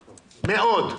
מאוד.